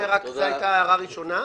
זו היתה הערה ראשונה.